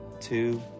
two